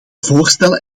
voorstellen